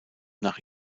nach